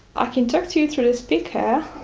i can talk to you through the speaker,